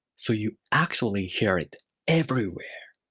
so, you actually hear it everywhere.